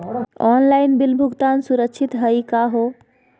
Online bill भुगतान सुरक्षित हई का हो?